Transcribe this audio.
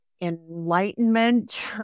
enlightenment